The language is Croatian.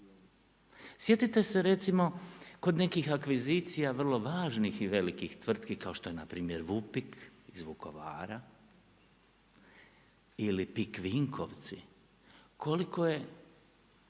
Sjetite se recimo kod nekih akvizicija vrlo važnih i velikih tvrtki kao što je npr. Vupik iz Vukovara ili PIK Vinkovci, koliko je